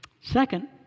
Second